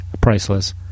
priceless